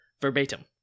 verbatim